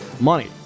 money